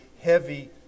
heavy